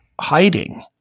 hiding